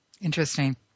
Interesting